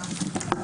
הישיבה ננעלה בשעה